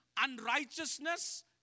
unrighteousness